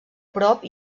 prop